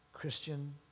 Christian